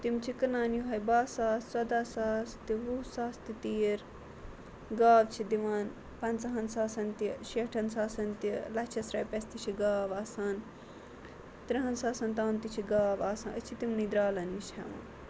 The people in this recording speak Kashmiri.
تِم چھِ کٕنان یُہوے باہ ساس ژۄداہ ساس تہِ وُہ ساس تہِ تیٖر گاو چھِ دِوان پنٛژہان ساسَن تہِ شیٹھَن ساسَن تہِ لچھَس رۄپیس تہِ چھِ گاو آسان تٕرٛہن ساسَن تام تہِ چھِ گاو آسان أسۍ چھِ تمنٕے درٛالَن نِش ہیٚوان